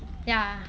yeah